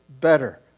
better